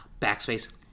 Backspace